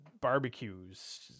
barbecues